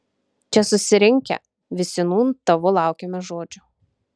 čia susirinkę visi nūn tavo laukiame žodžio